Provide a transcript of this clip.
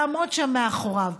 לעמוד שם מאחוריו.